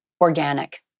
organic